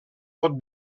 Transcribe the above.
pot